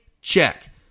Check